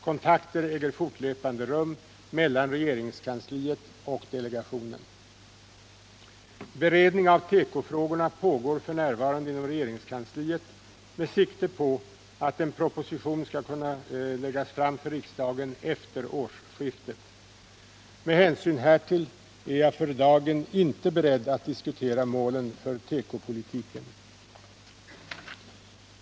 Kontakter Beredningen av tekofrågorna pågår f. n. inom regeringskansliet med sikte på att en proposition skall kunna läggas fram för riksdagen efter årsskiftet. Med hänsyn härtill är jag för dagen inte beredd att diskutera målen för tekopolitiken.